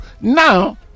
Now